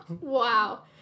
Wow